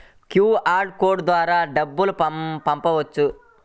QR code ద్వారా డబ్బులు పంపవచ్చా?